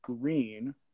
green